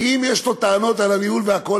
כי אם יש לו טענות על הניהול והכול,